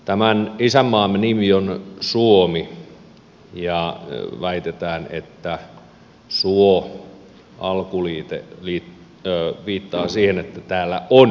tämän isänmaamme nimi on suomi ja väitetään että suo alkuliite viittaa siihen että täällä on soita